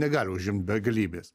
negali užimt begalybės